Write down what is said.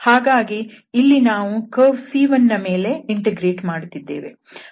ಹಾಗಾಗಿ ಇಲ್ಲಿ ನಾವು ಕರ್ವ್ C1ನ ಮೇಲೆ ಇಂಟಿಗ್ರೇಟ್ ಮಾಡುತ್ತಿದ್ದೇವೆ